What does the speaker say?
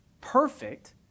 perfect